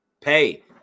Pay